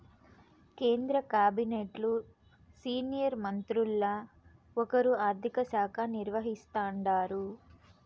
కేంద్ర కాబినెట్లు సీనియర్ మంత్రుల్ల ఒకరు ఆర్థిక శాఖ నిర్వహిస్తాండారు